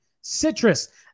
citrus